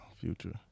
Future